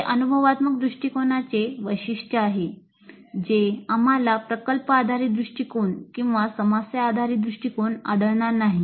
हे अनुभवात्मक दृष्टिकोनाचे वैशिष्ट्य आहे जे आम्हाला प्रकल्प आधारित दृष्टीकोन किंवा समस्या आधारित दृष्टीकोन आढळणार नाही